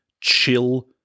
chill